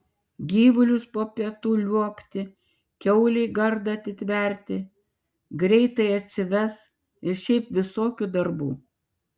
gyvulius po pietų liuobti kiaulei gardą atitverti greitai atsives ir šiaip visokių darbų